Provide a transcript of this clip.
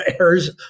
errors